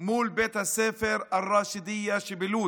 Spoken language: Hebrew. מול בית הספר אל-ראשידיה שבלוד